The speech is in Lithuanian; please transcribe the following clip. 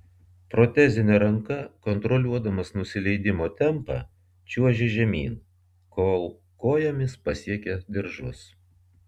protezine ranka kontroliuodamas nusileidimo tempą čiuožė žemyn kol kojomis pasiekė diržus